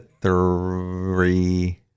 three